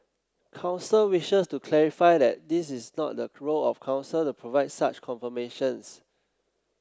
council wishes to clarify that this is not the role of Council to provide such confirmations